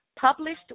published